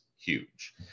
huge